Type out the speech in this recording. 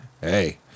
Hey